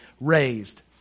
raised